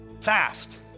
fast